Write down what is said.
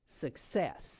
success